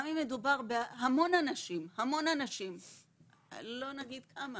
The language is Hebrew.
גם אם מדובר בהמון אנשים, לא נגיד כמה,